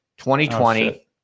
2020